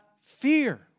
fear